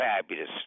fabulous